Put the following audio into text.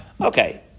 Okay